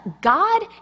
God